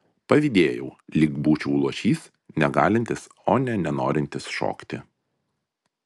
pavydėjau lyg būčiau luošys negalintis o ne nenorintis šokti